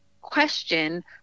question